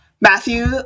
Matthew